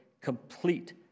complete